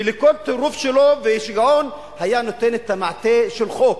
ולכל טירוף שלו ושיגעון היה נותן את המעטה של חוק.